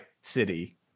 city